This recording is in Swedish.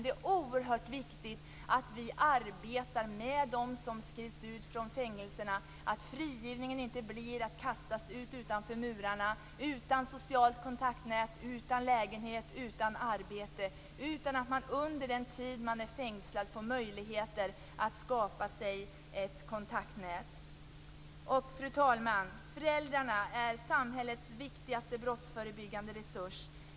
Det är oerhört viktigt att vi arbetar med dem som släpps ut från fängelserna, så att frigivningen inte blir som att bli utkastad utanför murarna, utan socialt kontaktnät, utan lägenhet och utan arbete. Under den tid man är fängslad skall man ha möjlighet att skaffa sig ett kontaktnät. Fru talman! Föräldrarna är samhällets viktigaste brottsförebyggande resurs.